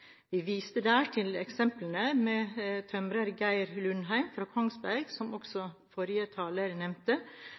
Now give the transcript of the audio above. Vi viste der til eksempler, bl.a. tømrer Geir Lundheim fra Kongsberg, som også forrige taler nevnte.